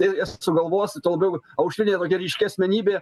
tai jie sugalvos tuo labiau aurinė tokia ryški asmenybė